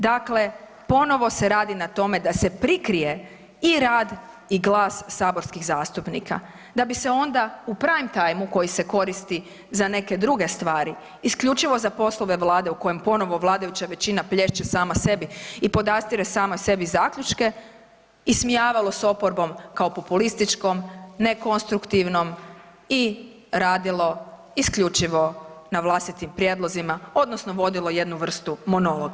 Dakle, ponovo se radi na tome da se prikrije i rad i glas saborskih zastupnika, da bi se onda u prime time koji se koristi za neke druge stvari, isključivo za poslove Vlade u kojem ponovno vladajuća većina plješče sama sebi i podastire samoj sebi zaključke ismijavalo sa oporbom kao populističkom, nekonstruktivnom i radilo isključivo na vlastitim prijedlozima, odnosno vodilo jednu vrstu monologa.